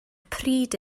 pryd